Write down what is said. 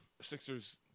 Sixers